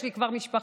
יש לי כבר משפחה,